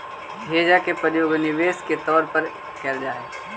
hedge के प्रयोग निवेश के तौर पर कैल जा हई